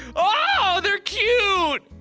ah they're cute!